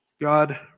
God